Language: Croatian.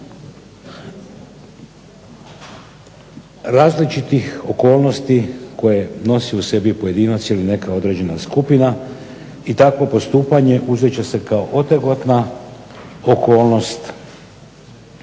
različitih okolnosti koje nosi u sebi pojedinac ili neka određena skupina. I takvo postupanje uzet će se kao otegotna okolnost